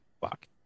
fuck